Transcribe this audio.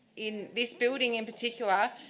in this building in particular,